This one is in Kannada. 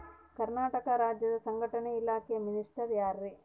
ಕರ್ನಾಟಕ ರಾಜ್ಯದ ಸಂಘಟನೆ ಇಲಾಖೆಯ ಮಿನಿಸ್ಟರ್ ಯಾರ್ರಿ?